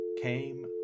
came